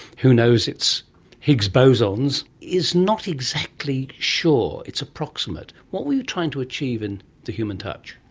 who knows, its higgs bosons, is not exactly sure, it's approximate. what were you trying to achieve in the human touch?